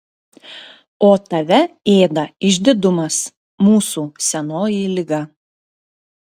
o tave ėda išdidumas mūsų senoji liga